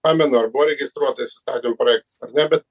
pamenu ar buvo registruotas įstatymo projektas ar ne be